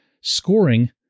scoring